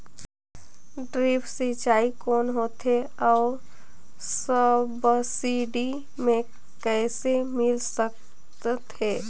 Drip सिंचाई कौन होथे अउ सब्सिडी मे कइसे मिल सकत हे?